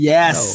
Yes